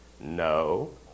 no